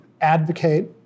advocate